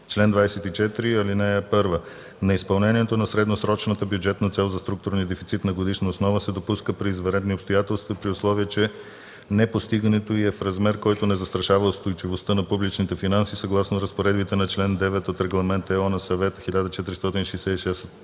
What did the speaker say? „Чл. 24. (1) Неизпълнението на средносрочната бюджетна цел за структурния дефицит на годишна основа се допуска при извънредни обстоятелства и при условие, че непостигането й е в размер, който не застрашава устойчивостта на публичните финанси, съгласно разпоредбите на чл. 9 от Регламент (ЕО) на Съвета